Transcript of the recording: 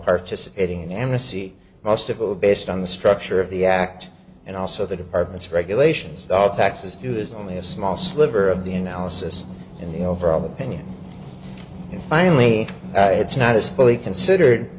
participating in amnesty most of a based on the structure of the act and also the department's regulations that all taxes do is only a small sliver of the analysis in the overall opinion and finally it's not as fully considered